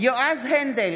יועז הנדל,